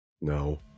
No